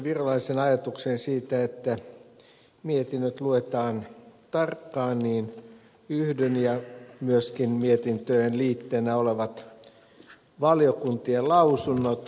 virolaisen ajatukseen siitä että mietinnöt luetaan tarkkaan ja myöskin mietintöjen liitteenä olevat valiokuntien lausunnot